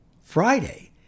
Friday